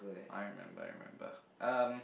I don't remember remember um